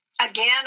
Again